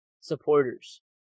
supporters